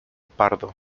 pardo